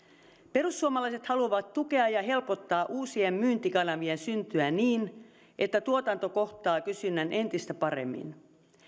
perussuomalaiset haluavat tukea ja helpottaa uusien myyntikanavien syntyä niin että tuotanto kohtaa kysynnän entistä paremmin